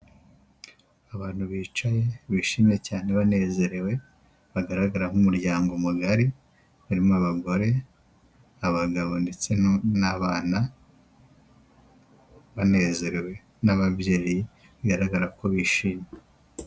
Abantu bicaye bishimye cyane banezerewe, bagaragara nk'umuryango mugari, barimo abagore, abagabo ndetse n'abana banezerewe n'ababyeyi, bigaragara ko bishimye.